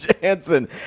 Jansen